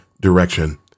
direction